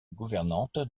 gouvernante